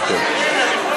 אוקיי.